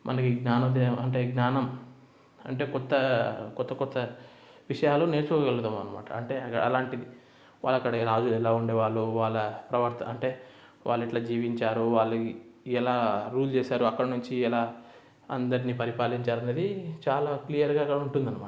మనకి జ్ఞానోదయం అంటే జ్ఞానం అంటే కొత్త కొత్త కొత్త విషయాలు నేర్చుకోగలుగుతాం అనమాట అంటే అలాంటిది వాళ్ళు అక్కడ రాజులు ఎలా ఉండేవాళ్ళు వాళ్ళ ప్రవర్త అంటే వాళ్ళు ఎట్లా జీవించారు వాళ్ళు ఎలా రూల్ చేశారు అక్కడ నుంచి ఎలా అందరిని పరిపాలించారు అన్నది చాలా క్లియర్గా అక్కడ ఉంటుంది అనమాట